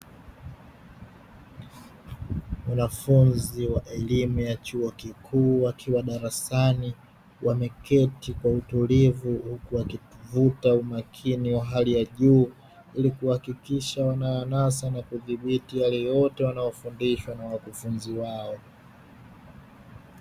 Wanafunzi wa elimu ya chuo kikuu wakiwa darasani, wameketi kwa utulivu huku wakivuta umakini wa hali ya juu, ili kuhakikisha wanayanasa na kudhibiti yale yote wanayofundishwa na wakufunzi wao.